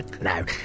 No